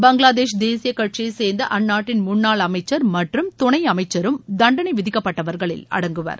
பங்களாதேஷ் தேசிய கட்சியைச் சேர்ந்த அந்நாட்டின் முன்னாள் அமைச்சர் மற்றும் துணை அமைச்சரும் தண்டனை விதிக்கப்பட்டவர்களில் அடங்குவர்